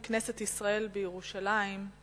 בכנסת ישראל בירושלים,